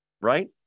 right